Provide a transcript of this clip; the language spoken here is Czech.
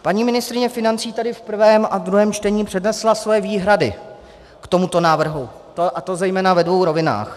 Paní ministryně financí tady v prvním a druhém čtení přednesla svoje výhrady k tomuto návrhu, a to zejména ve dvou rovinách.